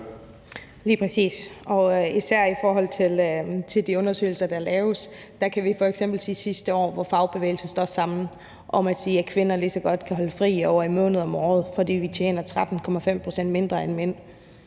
og det er især i forhold til de undersøgelser, der laves. Der kan vi f.eks. se sidste år, hvor fagbevægelsen stod sammen om at sige, at kvinder lige så godt kan holde fri i over 1 måned om året, fordi vi tjener 13,5 pct. mindre end mænd.